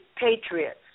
patriots